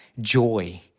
joy